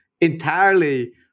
entirely